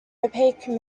opaque